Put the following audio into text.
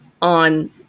on